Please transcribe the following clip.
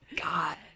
God